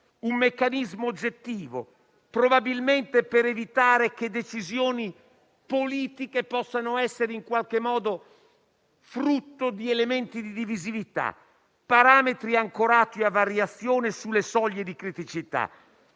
un meccanismo oggettivo, probabilmente per evitare che decisioni politiche possano essere in qualche modo frutto di elementi di divisività, parametri ancorati a variazioni sulle soglie di criticità.